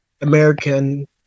American